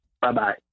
Bye-bye